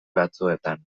batzuetan